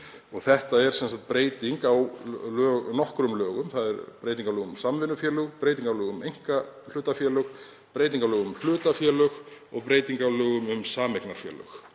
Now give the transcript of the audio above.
er sem sagt breyting á nokkrum lögum. Þetta er breyting á lögum um samvinnufélög, breyting á lögum um einkahlutafélög, breyting á lögum um hlutafélög og breyting á lögum um sameignarfélög.